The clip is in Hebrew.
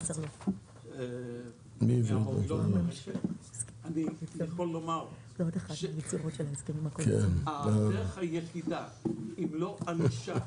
אני יכול לומר שהדרך היחידה אם לא ענישה,